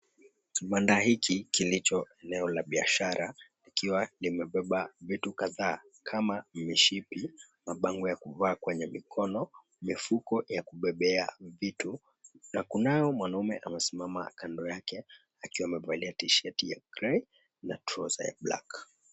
Kibanda hiki kilicho eneo la biashara, likiwa limebeba vitu kadhaa kama mishipi, mabango ya kuvaa kwenye mikono, mifuko ya kubebea vitu. Na kunao mwanaume amesimama kando yake akiwa amevalia tisheti ya grey na troza ya black .